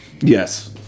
Yes